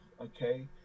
okay